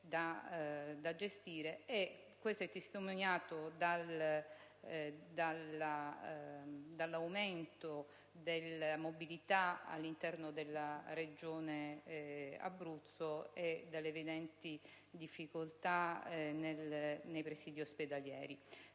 viene testimoniato dall'aumento della mobilità all'interno della Regione Abruzzo e dalle evidenti difficoltà riscontrate nei presidi ospedalieri.